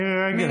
נגד מיכל רוזין,